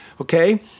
okay